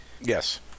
Yes